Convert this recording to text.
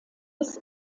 bis